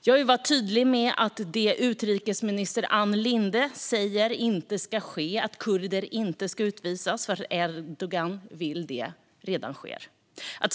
Jag vill vara tydlig med att det utrikesminister Ann Linde säger inte ska ske, alltså att kurder utvisas för att Erdogan vill det, redan sker.